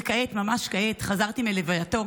וכעת, ממש כעת, חזרתי מלווייתו